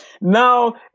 now